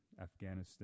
Afghanistan